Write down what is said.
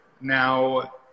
now